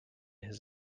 his